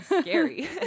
scary